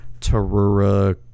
Tarura